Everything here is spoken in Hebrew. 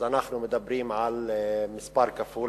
אז אנחנו מדברים על מספר כפול.